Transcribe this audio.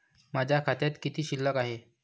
माझ्या खात्यात किती शिल्लक आहे?